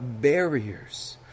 barriers